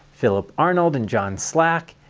philip arnold, and john slack,